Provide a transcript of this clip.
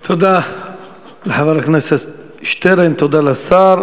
תודה לחבר הכנסת שטרן, תודה לשר.